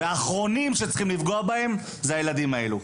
ואחרונים שצריכים לפגוע בהם זה הילדים האלו.